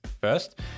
First